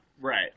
Right